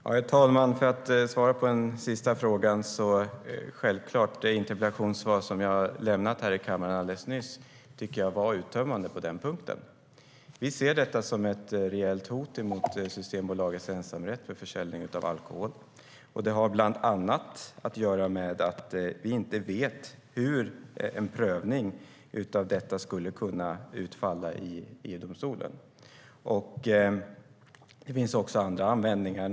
Herr talman! Mitt svar på den sista frågan är: Självklart! Jag tycker att det interpellationssvar som jag lämnade här i kammaren alldeles nyss var uttömmande på den punkten. Vi ser detta som ett reellt hot mot Systembolagets ensamrätt för försäljning av alkohol. Det har bland annat att göra med att vi inte vet hur en prövning av detta skulle kunna utfalla i EU-domstolen. Det finns också andra invändningar.